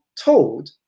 told